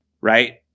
right